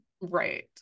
Right